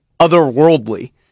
otherworldly